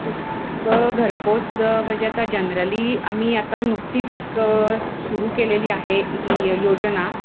पुस्तकं घरपोच ड म्हणजे आता जनरली आम्ही आता नुकतीच एक सुरू केलेली आहे ही योजना